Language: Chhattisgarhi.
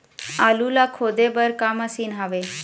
आलू ला खोदे बर का मशीन हावे?